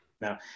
Now